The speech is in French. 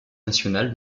national